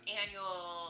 annual